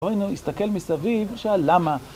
פה, הנה הוא, הסתכל מסביב, ושאל "למה?"